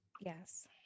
Yes